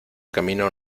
camino